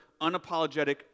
unapologetic